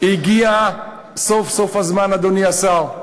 הגיע סוף-סוף הזמן, אדוני השר,